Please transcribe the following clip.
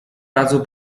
razu